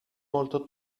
molto